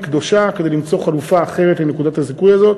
קדושה כדי למצוא חלופה אחרת לנקודת הזיכוי הזאת.